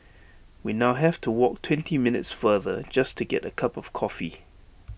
we now have to walk twenty minutes farther just to get A cup of coffee